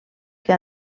que